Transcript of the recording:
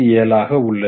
67 ஆக உள்ளது